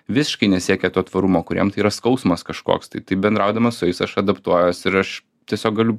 visiškai nesiekia to tvarumo kuriem tai yra skausmas kažkoks tai taip bendraudamas su jais aš adaptuojuos ir aš tiesiog galiu